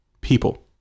people